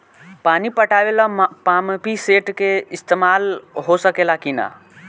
पानी पटावे ल पामपी सेट के ईसतमाल हो सकेला कि ना?